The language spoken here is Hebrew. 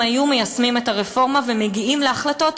הם היו מיישמים את הרפורמה למגיעים להחלטות,